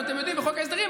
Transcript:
עוד פעם, חוץ מפוליטיקה.